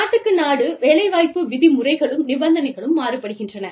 நாட்டிற்கு நாடு வேலைவாய்ப்பு விதிமுறைகளும் நிபந்தனைகளும் மாறுபடுகின்றன